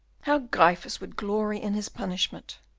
how gryphus would glory in his punishment!